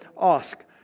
ask